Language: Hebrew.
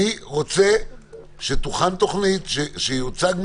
אני רוצה שתוכן תוכנית, שיוצג מתווה,